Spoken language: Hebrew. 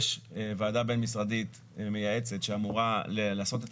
יש ועדה בין-משרדית מייעצת שאמורה לעשות את